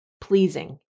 pleasing